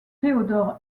théodore